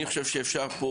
אני חושב שאפשר,